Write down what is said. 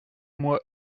moi